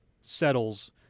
settles